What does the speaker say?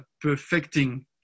perfecting